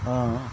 অঁ